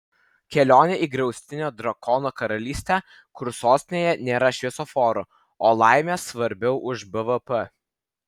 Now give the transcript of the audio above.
kelionė į griaustinio drakono karalystę kur sostinėje nėra šviesoforų o laimė svarbiau už bvp